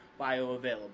bioavailable